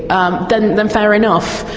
um then then fair enough.